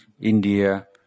India